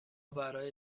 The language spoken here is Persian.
برای